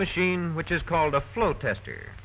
machine which is called a flow tester